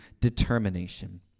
determination